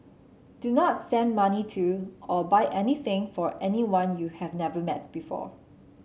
do not send money to or buy anything for anyone you have never met before